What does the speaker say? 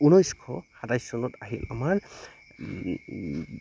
ঊনৈছশ সাতাইছ চনত আহিল আমাৰ